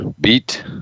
beat